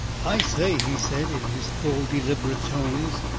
i say, he said, in his full deliberate tones,